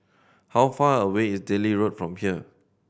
how far away is Delhi Road from here